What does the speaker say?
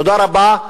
תודה רבה.